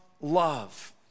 love